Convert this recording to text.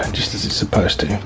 just as it's supposed to.